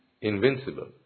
Invincible